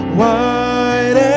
white